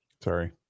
Sorry